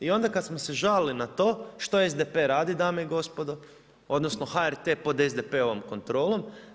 I onda kada smo se žalili na to, što SDP radi dame i gospodo odnosno HRT pod SDP-ovom kontrolom?